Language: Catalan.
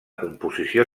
composició